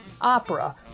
opera